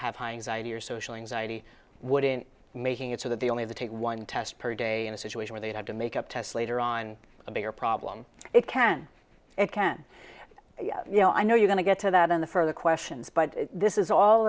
have high anxiety or social anxiety wouldn't making it so that the only the take one test per day in a situation where they had to make up tests later on a bigger problem it can it can you know i know you're going to get to that in the further questions but this is all